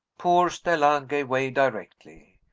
poor stella gave way directly.